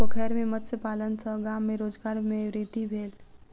पोखैर में मत्स्य पालन सॅ गाम में रोजगार में वृद्धि भेल